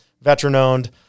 Veteran-owned